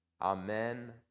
Amen